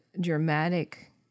dramatic